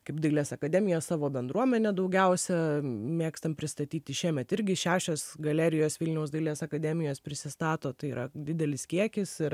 kaip dailės akademija savo bendruomenę daugiausia mėgstam pristatyti šiemet irgi šešios galerijos vilniaus dailės akademijos prisistato tai yra didelis kiekis ir